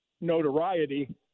notoriety